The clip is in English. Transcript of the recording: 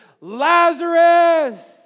Lazarus